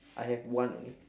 I have one only